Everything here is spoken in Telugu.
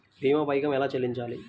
భీమా పైకం ఎలా చెల్లించాలి?